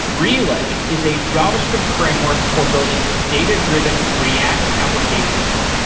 relay is a javascript framework for building data-driven react applications.